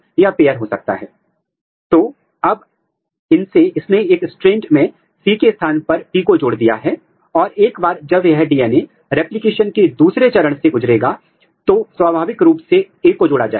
उन्हें हटाने के लिए हम आमतौर पर RNase ट्रीटमेंट करते हैं जोकि सामान्यतः RNase A है RNase A जो विशेष रूप से सिंगल स्ट्रैंडेड अनबाउंड RNA को नष्ट कर देता है